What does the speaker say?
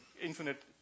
infinite